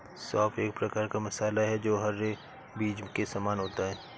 सौंफ एक प्रकार का मसाला है जो हरे बीज के समान होता है